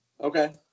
Okay